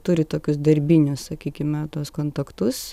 turi tokius darbinius sakykime tuos kontaktus